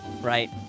right